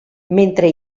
mentre